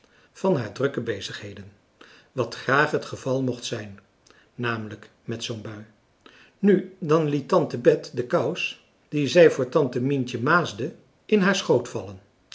van haar drukke bezigheden wat graag het geval mocht zijn namelijk met zoo'n bui nu dan liet tante bet de kous die zij voor tante mientje maasde in haar schoot vallen